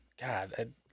God